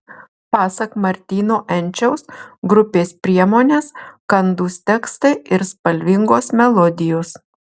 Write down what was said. pasak martyno enčiaus grupės priemonės kandūs tekstai ir spalvingos melodijos